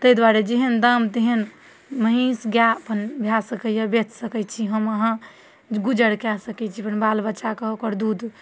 ताहि दुआरे जेहन दाम तेहन महीष गाय अपन भए सकैया बेच सकै छी हम अहाँ जे गुजर कए सकै छी अपन बालबच्चाके ओकर दूध